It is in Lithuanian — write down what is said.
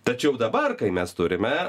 tačiau dabar kai mes turime